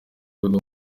rwego